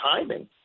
timing